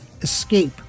escape